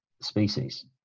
species